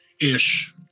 Ish